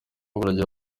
buragira